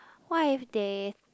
why they